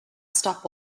stop